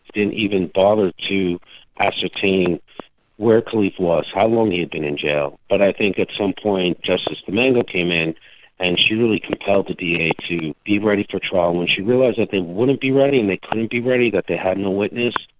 didn't even bother to ascertain where kalief was, how long he had been in jail. but i think at some point justice domingo came in and she really compelled the da to be ready for trial. when she realised that they wouldn't be ready and they couldn't be ready, that they had no witness,